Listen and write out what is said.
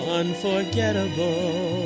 unforgettable